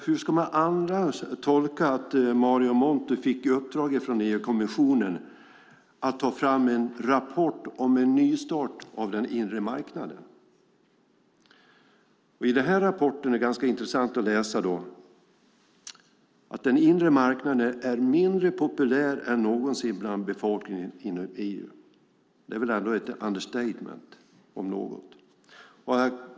Hur ska man annars tolka att Mario Monti fick i uppdrag från EU-kommissionen att ta fram en rapport om en nystart av den inre marknaden? I den här rapporten är det ganska intressant att läsa att den inre marknaden är mindre populär än någonsin hos befolkningen i EU. Det är väl ändå ett understatement om något.